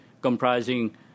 comprising